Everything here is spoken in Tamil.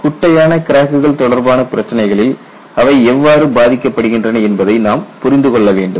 குட்டையான கிராக்குகள் தொடர்பான பிரச்சினைகளில் அவை எவ்வாறு பாதிக்கப்படுகின்றன என்பதை நாம் புரிந்து கொள்ள வேண்டும்